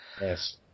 Yes